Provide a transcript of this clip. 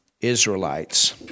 Israelites